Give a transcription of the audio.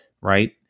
right